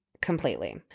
Completely